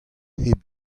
hep